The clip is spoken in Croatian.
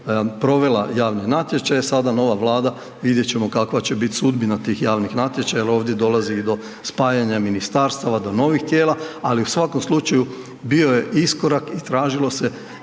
provela javni natječaj, sada nova Vlada, vidjet ćemo kakva će biti sudbina tih javnih natječaja jer ovdje dolazi i od spajanja ministarstava, do novih tijela, ali u svakom slučaju, bio je iskorak i tražilo se